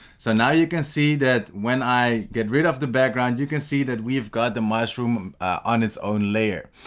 so now you can see that when i get rid of the background you can see that we've got the mushroom on its own layer.